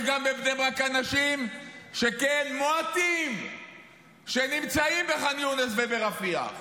יש בבני ברק אנשים מועטים שנמצאים בחאן יונס וברפיח,